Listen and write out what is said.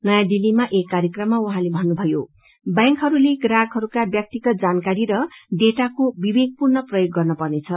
नयाँ दिललीमा एक कार्यक्रममा उहाँले भन्नुभ्यो बैंकहरूले ग्राहकहरूका व्याक्तिगत जानकारी र डेटाको विवेकपूर्ण प्रयोग गर्न पर्नेछ